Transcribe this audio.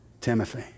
Timothy